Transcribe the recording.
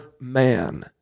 man